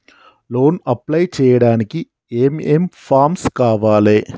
Loan apply చేయడానికి ఏం ఏం ఫామ్స్ కావాలే?